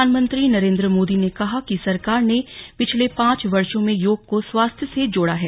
प्रधानमंत्री नरेंद्र मोदी ने कहा कि सरकार ने पिछले पांच वर्षों में योग को स्वास्थ्य से जोड़ा है